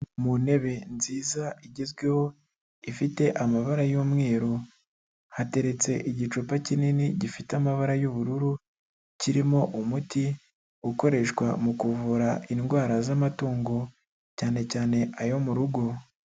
Mu ntebe nziza igezweho ifite amabara y'umweru, hateretse igicupa kinini gifite amabara y'ubururu, kirimo umuti ukoreshwa mu kuvura indwara z'amatungo, cyane cyane ayo mu rugo.